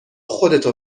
خودتو